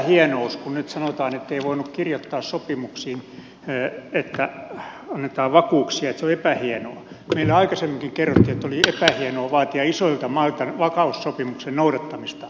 kun nyt sanotaan ettei voinut kirjoittaa sopimuksiin että annetaan vakuuksia että se on epähienoa niin meille aikaisemminkin kerrottiin että oli epähienoa vaatia isoilta mailta vakaussopimuksen noudattamista